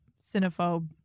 cinephobe